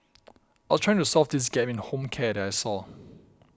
I was trying to solve this gap in a home care that I saw